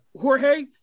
Jorge